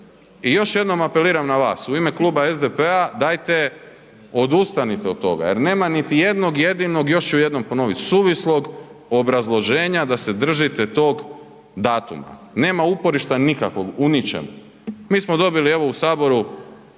I još jednom apeliram na vas u ime kluba SDP-a dajte odustanite od toga jer nam niti jednog jedinom, još ću jednom ponoviti, suvislog obrazloženja da se držite tog datuma, nema uporišta nikakvog u ničemu. Mi smo dobili evo u Saboru